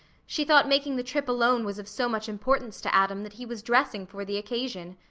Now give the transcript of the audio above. she thought making the trip alone was of so much importance to adam that he was dressing for the occasion.